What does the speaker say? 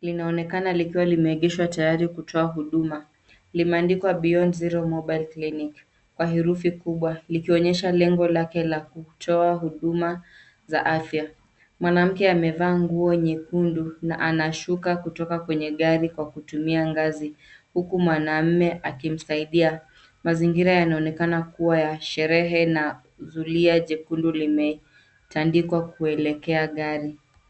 linaonekana likiwa limeegeshwa tayari kutoa huduma. Limeandikwa Beyond Zero Mobile Clinic kwa herufi kubwa likionyesha lengo lake la kutoa huduma za afya. Mwanamke amevaa nguo nyekundu na anashuka kutoka kwenye gari kwa kutumia ngazi huku mwanaume akimsaidia. Mazingira yanaonekana kuwa ya sherehe na zulia jekundu limetandikwa kuelekea gari.